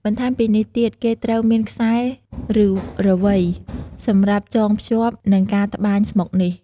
បន្ថែមពីនេះទៀត គេត្រូវមានខ្សែ ឬរវៃ សម្រាប់ចងភ្ជាប់ និងការត្បាញស្មុកនេះ។